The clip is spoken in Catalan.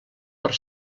per